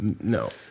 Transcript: No